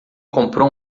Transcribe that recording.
comprou